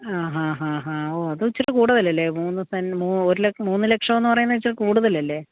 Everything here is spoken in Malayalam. ആ ഹാ ഹാ ഹാ ഓ അത് ഇത്തിരി കൂടുതലല്ലേ മൂന്ന് സെൻ മൂ ഒരുല മൂന്ന് ലക്ഷം എന്ന് പറയുന്നത് ഇത്തിരി കൂടുതലല്ലേ